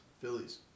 Phillies